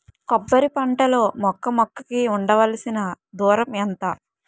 కొబ్బరి పంట లో మొక్క మొక్క కి ఉండవలసిన దూరం ఎంత